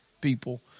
people